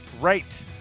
Right